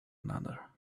another